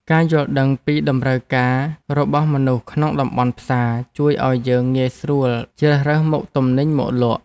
ការយល់ដឹងពីតម្រូវការរបស់មនុស្សក្នុងតំបន់ផ្សារជួយឱ្យយើងងាយស្រួលជ្រើសរើសមុខទំនិញមកលក់។